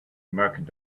merchant